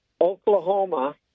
Oklahoma—